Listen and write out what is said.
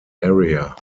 area